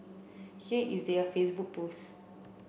here is their Facebook post